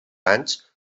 anys